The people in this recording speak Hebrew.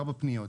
ארבע פניות.